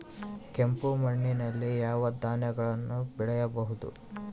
ಕೆಂಪು ಮಣ್ಣಲ್ಲಿ ಯಾವ ಧಾನ್ಯಗಳನ್ನು ಬೆಳೆಯಬಹುದು?